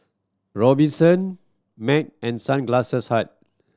Robinson Mac and Sunglasses Hut